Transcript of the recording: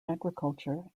agriculture